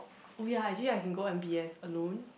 oh ya actually I can go M_B_S alone